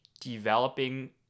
developing